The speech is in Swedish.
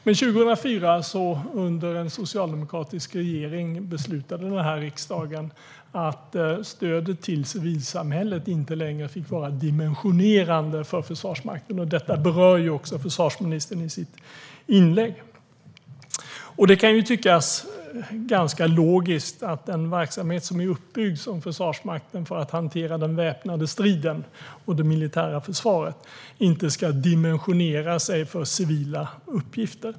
Men 2004, under en socialdemokratisk regering, beslutade den här riksdagen att stödet till civilsamhället inte längre fick vara dimensionerande för Försvarsmakten. Detta berör försvarsministern i sitt inlägg. Det kan tyckas ganska logiskt att en verksamhet som är uppbyggd som Försvarsmakten för att hantera den väpnade striden och det militära försvaret inte ska dimensionera sig för civila uppgifter.